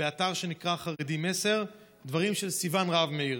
באתר שנקרא "חרדים 10", דברים של סיון רהב-מאיר: